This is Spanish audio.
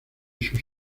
sus